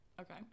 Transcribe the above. Okay